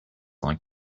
like